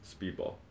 Speedball